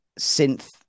synth